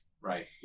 Right